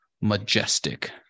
majestic